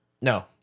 No